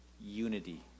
unity